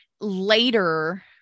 Later